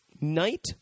Night